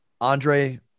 Andre